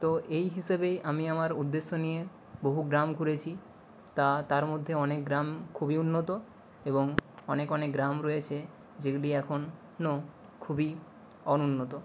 তো এই হিসেবেই আমি আমার উদ্দেশ্য নিয়ে বহু গ্রাম ঘুরেছি তা তার মধ্যে অনেক গ্রাম খুবই উন্নত এবং অনেক অনেক গ্রাম রয়েছে যেগুলি এখনও খুবই অনুন্নত